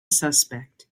suspect